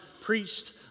preached